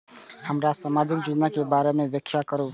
हमरा सामाजिक योजना के बारे में व्याख्या करु?